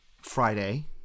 Friday